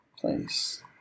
place